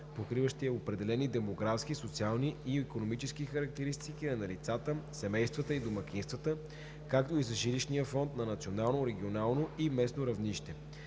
покриващи определени демографски, социални и икономически характеристики на лицата, семействата и домакинствата, както и за жилищния фонд на национално, регионално и местно равнище.